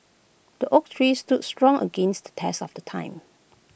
the oak tree stood strong against the test of the time